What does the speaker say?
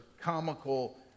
comical